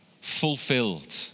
fulfilled